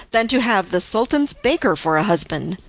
than to have the sultan's baker for a husband.